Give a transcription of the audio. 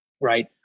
right